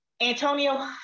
Antonio